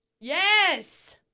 Yes